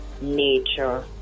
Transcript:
nature